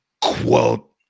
quote